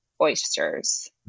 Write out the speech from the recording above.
oysters